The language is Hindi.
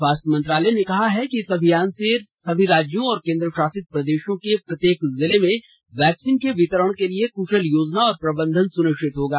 स्वास्थ्य मंत्रालय ने कहा है कि इस अभियान से सभी राज्यों और केंद्रशासित प्रदेशों के प्रत्येक जिले में वैक्सीन के वितरण के लिए कुशल योजना और प्रबंधन सुनिश्चित होगा